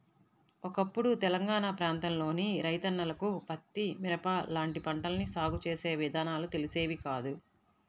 ఒకప్పుడు తెలంగాణా ప్రాంతంలోని రైతన్నలకు పత్తి, మిరప లాంటి పంటల్ని సాగు చేసే విధానాలు తెలిసేవి కాదు